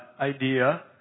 idea